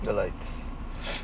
the likes